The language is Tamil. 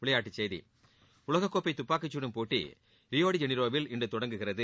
விளையாட்டுச்செய்திகள் உலகக்கோப்பை துப்பாக்கிச்சுடும் போட்டி ரியோடிஜெனிரோவில் இன்று தொடங்குகிறது